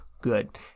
good